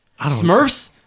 Smurfs